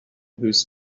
whose